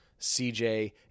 CJ